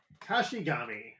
Kashigami